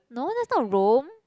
no that's not Rome